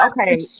okay